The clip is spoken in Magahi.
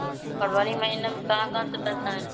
फरवरी महिना मे कहा कहा से पैसा आएल?